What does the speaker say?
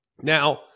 Now